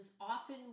often